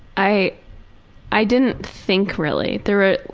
i i didn't think really. there ah